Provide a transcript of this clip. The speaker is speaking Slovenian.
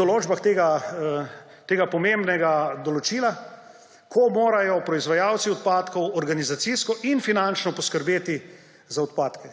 določbah tega pomembnega določila, ko morajo proizvajalci odpadkov organizacijsko in finančno poskrbeti za odpadke.